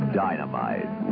dynamite